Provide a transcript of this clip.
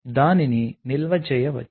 దానిని నిల్వ చేయవచ్చు